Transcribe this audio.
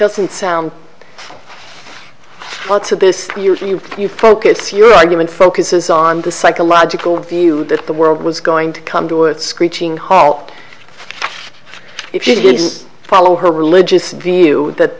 doesn't sound to this usually if you focus your argument focuses on the psychological view that the world was going to come to a screeching halt if she didn't follow her religious view that